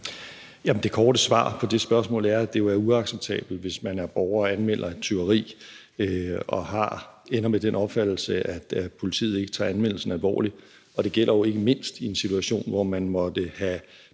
Det korte svar på det spørgsmål er, at det jo er uacceptabelt, hvis man er borger og anmelder et tyveri og ender med at få den opfattelse, at politiet ikke tager anmeldelsen alvorligt. Det gælder jo ikke mindst i en situation, hvor man måtte have